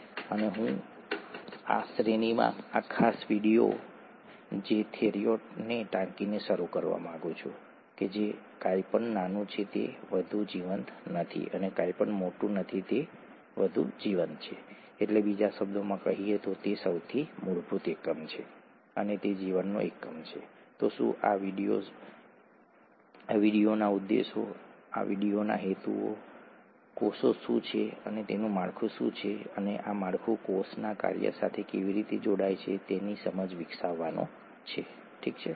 કૃપા કરીને તેના પર એક નજર નાખો તે તમને એક સરસ સંદર્ભ પ્રદાન કરશે તે કદાચ તે ત્રાસદાયક પ્રશ્નોમાંથી કેટલાકને સાફ કરશે જે તમને ઘણા સમયે સામનો કરવો પડ્યો હશે અને તેથી વધુ ઠીક છે તે સામાન્ય રીતે જીવનનું ખૂબ જ રસપ્રદ પાસું છે